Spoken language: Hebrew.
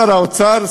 משר האוצר,